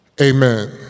amen